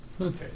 Okay